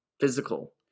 physical